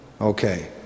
Okay